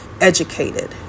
educated